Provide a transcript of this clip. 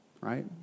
Right